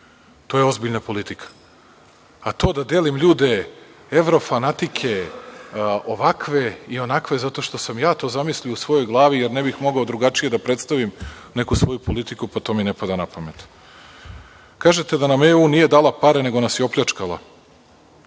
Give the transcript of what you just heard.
To je ozbiljna politika, a to da delim ljude evrofanatike, ovakve i onakve zato što sam ja to zamislio u svojoj glavi, jer ne bih mogao drugačije da predstavim neku svoju politiku, pa, to mi ne pada na pamet. Kažete da nam EU nije dala pare nego nas je opljačkala.